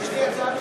יש לי הצעה בשבילך,